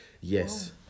yes